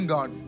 God